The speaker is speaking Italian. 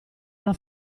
alla